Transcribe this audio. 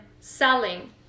selling